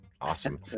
awesome